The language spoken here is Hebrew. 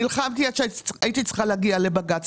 נלחמתי עד שהייתי צריכה להגיע לבג"צ.